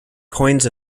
coins